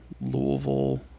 Louisville